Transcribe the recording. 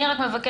אני רק מבקשת,